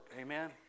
amen